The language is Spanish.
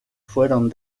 fueron